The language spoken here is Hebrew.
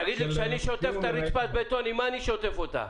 כשאני שוטף את רצפת הבטון, עם מה אני שוטף אותה?